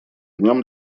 днем